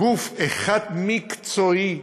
גוף אחד מקצועי,